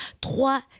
trois